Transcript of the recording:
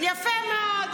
יפה מאוד.